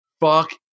Fuck